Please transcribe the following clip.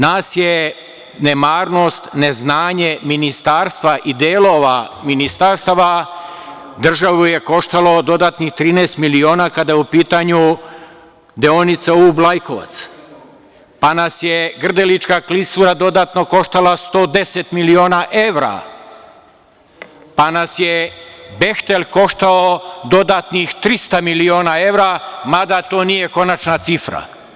Nemarnost, neznanje ministarstva i delova ministarstva državu je koštalo dodatnih 13 miliona, kada je u pitanju deonica Ub – Lajkovac, pa nas je Grdelička klisura dodatno koštala 110 miliona evra, pa nas je „Behtel“ koštao dodatnih 300 miliona evra, mada to nije konačna cifra.